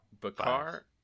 Bakar